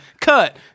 cut